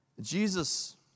Jesus